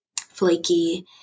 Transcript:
flaky